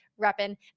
repping